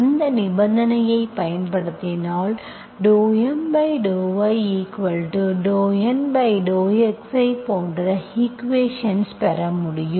அந்த நிபந்தனையை பயன்படுத்தினால் ∂M∂y∂N∂xஐ போன்ற ஈக்குவேஷன்ஸ் பெற முடியும்